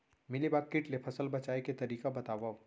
Mealybug किट ले फसल बचाए के तरीका बतावव?